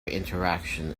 interaction